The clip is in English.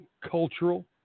cultural